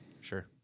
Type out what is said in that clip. sure